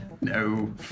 No